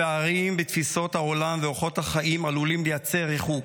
הפערים בתפיסות העולם ואורחות החיים עלולים לייצר ריחוק,